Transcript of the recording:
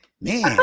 Man